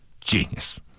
Genius